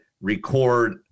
record